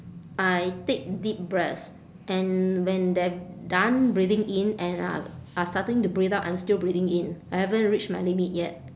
I take deep breaths and when they're done breathing in and are are starting to breathe out I'm still breathing in I haven't reach my limit yet